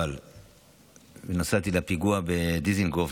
נסעתי לפיגוע בדיזינגוף,